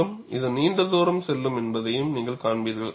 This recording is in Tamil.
மேலும் இது நீண்ட தூரம் செல்லும் என்பதையும் நீங்கள் காண்பீர்கள்